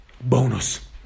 bonus